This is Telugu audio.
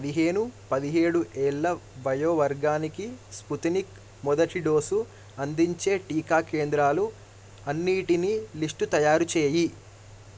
పదిహేను పదిహేడు ఏళ్ళ వయోవర్గానికి స్పుత్నిక్ మొదటి డోసు అందించే టికా కేంద్రాలు అన్నిటినీ లిస్టు తయారుచేయి